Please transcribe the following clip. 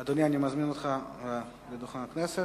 אדוני, אני מזמין אותך לדוכן הכנסת,